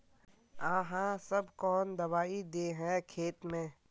आहाँ सब कौन दबाइ दे है खेत में?